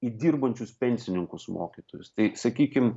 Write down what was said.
į dirbančius pensininkus mokytojus tai sakykim